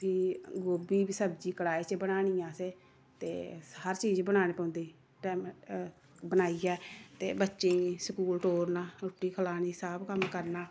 भी गोभी दी सब्जी कढ़ाही च बनानी असें ते हर चीज बनाने पौंदी टैमें पर बनाइयै ते बच्चें गी स्कूल टोरना रुट्टी खलानी सब कम्म करना